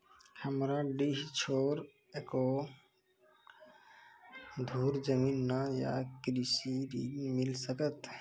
हमरा डीह छोर एको धुर जमीन न या कृषि ऋण मिल सकत?